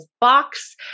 box